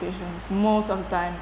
most of the time